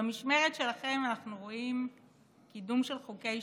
במשמרת שלכם אנחנו רואים קידום של חוקי השתמטות,